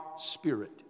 spirit